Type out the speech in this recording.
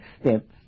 step